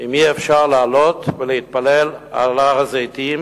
אם אי-אפשר לעלות ולהתפלל על הר-הזיתים